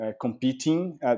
competing